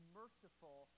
merciful